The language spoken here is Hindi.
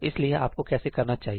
इसलिए आपको कैसे करना चाहिए